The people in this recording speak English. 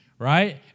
right